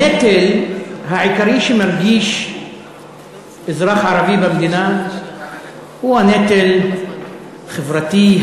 הנטל העיקרי שמרגיש אזרח ערבי במדינה הוא הנטל החברתי,